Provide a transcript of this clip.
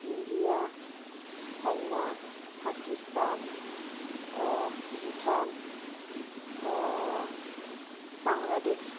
India China Pakistan Bhutan Bangladesh